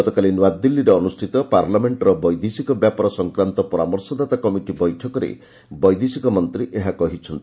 ଗତକାଲି ନୂଆଦିଲ୍ଲୀରେ ଅନୁଷ୍ଠିତ ପାର୍ଲାମେଣ୍ଟର ବିଦେଶିକ ବ୍ୟାପାର ସଂକ୍ରାନ୍ତ ପରାମର୍ଶଦାତା କମିଟି ବୈଠକରେ ବୈଦେଶିକ ମନ୍ତ୍ରୀ ଏହା କହିଛନ୍ତି